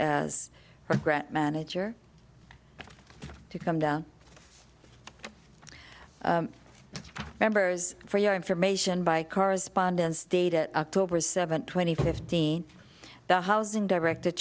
as regret manager to come down members for your information by correspondence data october seventh twenty fifteen the housing direct